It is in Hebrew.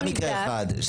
גם מקרה אחד,